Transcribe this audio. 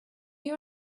you